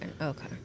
okay